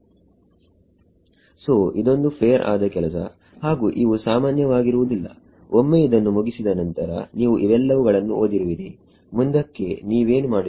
so ಇದೊಂದು fair ಆದ ಕೆಲಸ ಹಾಗು ಇವು ಸಾಮಾನ್ಯವಾಗಿರುವುದಿಲ್ಲ ಒಮ್ಮೆ ಇದನ್ನು ಮುಗಿಸಿದ ನಂತರ ನೀವು ಇವೆಲ್ಲವುಗಳನ್ನು ಓದಿರುವಿರಿ ಮುಂದಕ್ಕೆ ನೀವೇನು ಮಾಡುವಿರಿ